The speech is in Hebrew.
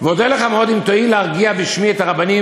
"ואודה לך מאוד אם תואיל להרגיע בשמי את הרבנים